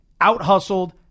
out-hustled